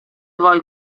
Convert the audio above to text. voi